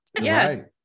yes